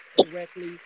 correctly